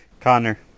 Connor